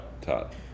Todd